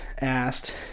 asked